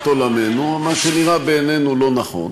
עולמנו ומה שנראה בעינינו לא נכון.